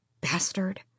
Bastard